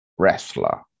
wrestler